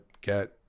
get